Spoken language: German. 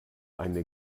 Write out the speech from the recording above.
eine